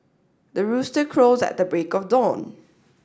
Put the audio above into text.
the rooster crows at the break of dawn